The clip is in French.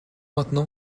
maintenant